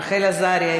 רחל עזריה,